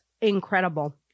incredible